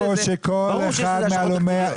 ברור שיש לזה השלכות תקציביות.